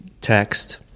text